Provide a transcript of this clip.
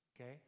okay